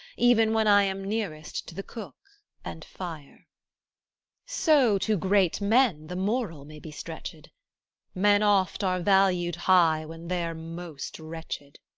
even when i am nearest to the cook and fire so to great men the moral may be stretched men oft are valu'd high, when they're most wretched